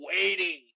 waiting